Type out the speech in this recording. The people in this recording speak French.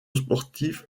sportif